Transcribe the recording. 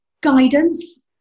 guidance